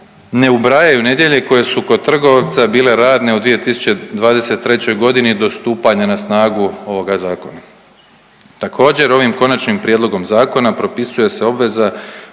ne ubrajaju nedjelje koje su kod trgovca bile radne u 2023. godini do stupanja na snagu ovoga zakona. Također, ovim konačnim prijedlogom zakona propisuje se obveza